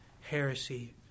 heresy